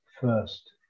first